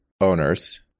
owners